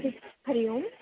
हरिः ओम्